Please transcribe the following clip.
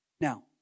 Now